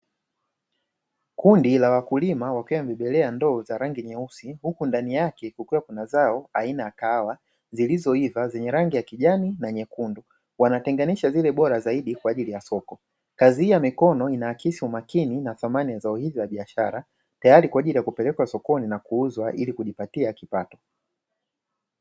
Kundi la wakulima wakiwa wamebebelea ndoo za rangi nyeusi, huku ndani yake kukiwa kuna zao aina ya kahawa zilizoiva zenye rangi ya kijani na nyekundu. Wanatenganisha zile bora zaidi kwa ajili ya soko. Kazi hii ya mikono inaakisi umakini na thamani ya zao hizi za biashara tayari kwa ajili ya kupelekwa sokoni na kuuzwa ili kujipatia kipato.